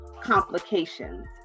complications